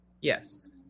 Yes